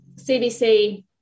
CBC